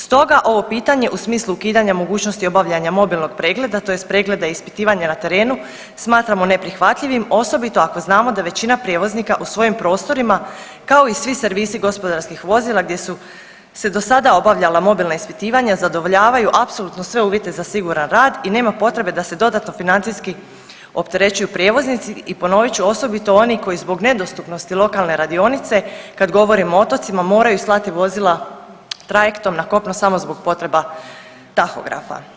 Stoga ovo pitanje u smislu ukidanja mogućnosti obavljanja mobilnog pregleda, tj. pregleda i ispitivanja na terenu smatramo neprihvatljivim, osobito ako znamo da većina prijevoznika u svojim prostorima, kao i svi servisi gospodarskih vozila gdje su se do sada obavljala mobilna ispitivanja zadovoljavaju apsolutno sve uvjete za siguran rad i nema potrebe da se dodatno financijski opterećuju prijevoznici i ponovit ću, osobito oni koji zbog nedostupnosti lokalne radionice, kad govorimo o otocima, moraju slati vozila trajektom na kopno samo zbog potreba tahografa.